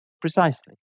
precisely